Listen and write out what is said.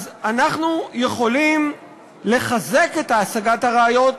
אנחנו יכולים לחזק את השגת הראיות,